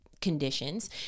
conditions